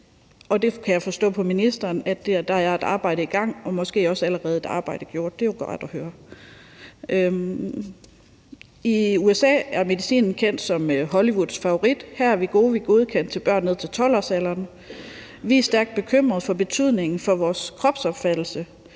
og der kan jeg forstå på ministeren, at der er et arbejde i gang og måske også allerede et arbejde gjort. Det er jo rart at høre. I USA er medicinen kendt som Hollywoods favorit. Her er Wegovy godkendt til børn ned til 12-årsalderen. Vi er stærkt bekymrede for betydningen i forhold til vores kropsopfattelse,